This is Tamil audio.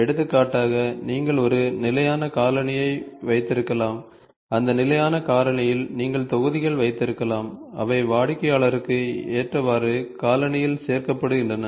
எடுத்துக்காட்டாக நீங்கள் ஒரு நிலையான காலணியை வைத்திருக்கலாம் அந்த நிலையான காலணியில் நீங்கள் தொகுதிகள் வைத்திருக்கலாம் அவை வாடிக்கையாளருக்கு ஏற்றவாறு காலணியில் சேர்க்கப்படுகின்றன